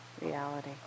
reality